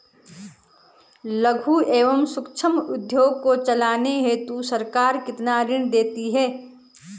लघु एवं सूक्ष्म उद्योग को चलाने हेतु सरकार कितना ऋण देती है?